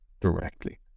directly